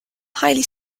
highly